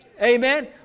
Amen